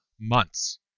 months